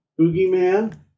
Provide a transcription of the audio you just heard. Boogeyman